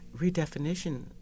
redefinition